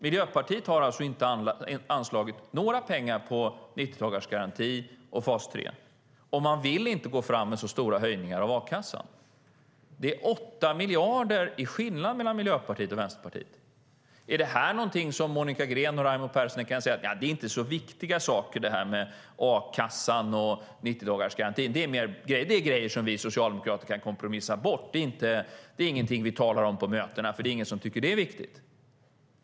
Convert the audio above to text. Miljöpartiet har inte anslagit några pengar till 90-dagarsgaranti och fas 3, och man vill inte gå fram med så stora höjningar av a-kassan. Skillnaden mellan Miljöpartiet och Socialdemokraterna är 8 miljarder. Det här kanske är någonting som Monica Green och Raimo Pärssinen inte tycker är så viktiga saker: Det här med a-kassan och 90-dagarsgarantin är grejer som vi socialdemokrater kan kompromissa bort. Det är ingenting vi talar om på mötena, för det är ingen som tycker att det är viktigt.